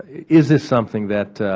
is this something that